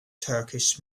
turkish